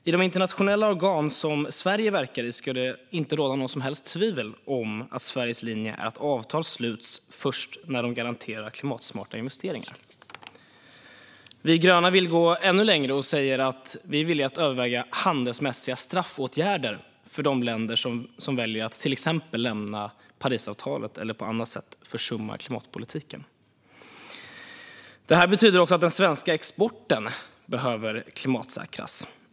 I de internationella organ som Sverige verkar i ska det inte råda något som helst tvivel om att Sveriges linje är att avtal sluts först när de garanterar klimatsmarta investeringar. Vi gröna vill gå ännu längre och säger att vi är villiga att överväga handelsmässiga straffåtgärder för länder som väljer att till exempel lämna Parisavtalet eller på annat sätt försumma klimatpolitiken. Detta betyder också att den svenska exporten behöver klimatsäkras.